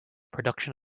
production